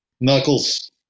Knuckles